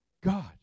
God